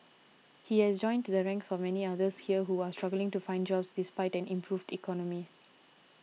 he has joined the ranks of the many others here who are struggling to find jobs despite an improved economy